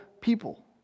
people